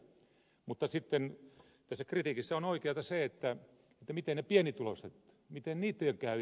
mutta tässä kritiikissä on oikeata se miten pienituloisten käy